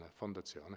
Fondazione